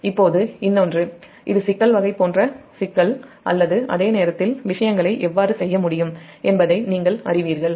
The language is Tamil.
இப்போதுஇன்னொன்று சிக்கல் வகை போன்ற சிக்கல் அல்லது அதே நேரத்தில் விஷயங்களை எவ்வாறு செய்ய முடியும் என்பதை நீங்கள் அறிவீர்கள்